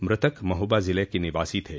मृतक महोबा जिले के निवासी थे